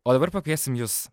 o dabar pakviesim jus